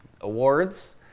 awards